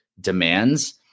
demands